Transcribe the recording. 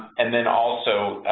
and then also,